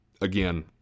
Again